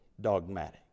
dogmatic